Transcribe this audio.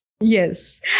Yes